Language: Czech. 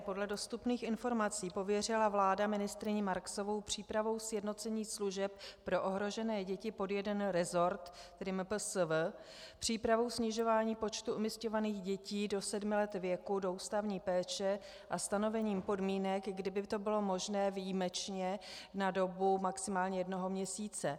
Podle dostupných informací pověřila vláda ministryni Marksovou přípravou sjednocení služeb pro ohrožené děti pod jeden rezort, tedy MPSV, přípravou snižování počtu umísťovaných dětí do sedmi let věku do ústavní péče a stanovením podmínek, kdy by to bylo možné výjimečně na dobu maximálně jednoho měsíce.